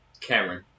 Cameron